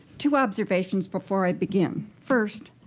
two observations before i begin. first,